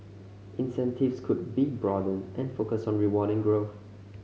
incentives could be broadened and focused on rewarding growth